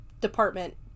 department